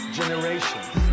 generations